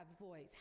voice